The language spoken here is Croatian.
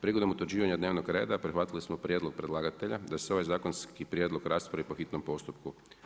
Prigodom utvrđivanja dnevnog reda prihvatili smo prijedlog predlagatelja da se ovaj zakonski prijedlog raspravi po hitnom postupku.